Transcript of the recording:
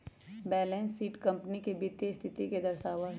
balance sheet company के वित्तीय स्थिति के दर्शावा हई